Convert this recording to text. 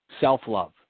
self-love